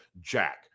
Jack